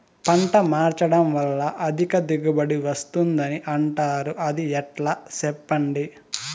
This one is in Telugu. పంట మార్చడం వల్ల అధిక దిగుబడి వస్తుందని అంటారు అది ఎట్లా సెప్పండి